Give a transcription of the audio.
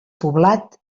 poblat